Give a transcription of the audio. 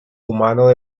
humano